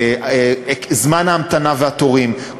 זמן ההמתנה והתורים,